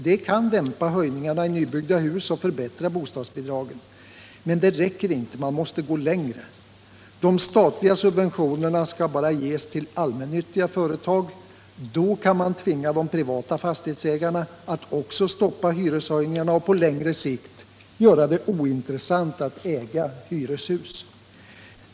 Det kan dämpa höjningarna i nybyggda hus och förbättra bostadsbidragen. Men det räcker inte, man måste gå längre. De statliga subventionerna skall bara ges till allmännyttiga företag. Då kan man tvinga de privata fastighetsägarna att också stoppa hyreshöjningarna och på längre sikt göra det ointressant att äga hyreshus.